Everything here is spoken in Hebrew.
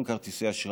גם כרטיסי אשראי,